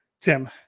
Tim